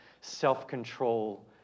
self-control